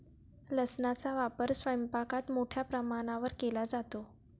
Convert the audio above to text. लसणाचा वापर स्वयंपाकात मोठ्या प्रमाणावर केला जातो